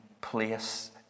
place